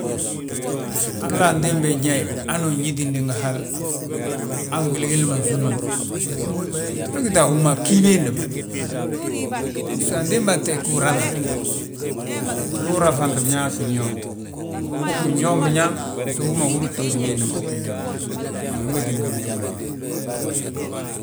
Halla antimbi nyaayi hanu uñíti ndi ngi hal, han gwili gilli ma nsúmnate. We gíta a hú ma a bgí biindi ma, bisgo antimba teeg gú uranŧe. Ndu uraŧaŧ, biñaŋ ggi ñoomna, uu ggin ñoom binaŋ, baso hú ma uhúri btooti biindi ma uu ggi ñoom biñaŋ a hú ma tinga biñaŋ ma ngi na ñin.